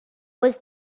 was